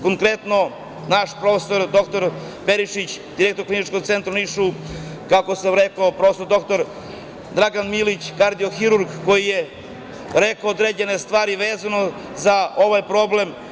Konkretno, naš prof. dr Perišić, direktor Kliničkog centra u Nišu, prof. dr Dragan Milić, kardiohirurg, koji je rekao određene stvari vezano za ovaj problem.